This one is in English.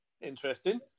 Interesting